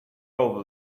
over